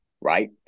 right